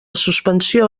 suspensió